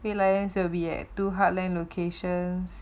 the lions will be at two heartland locations